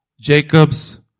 Jacob's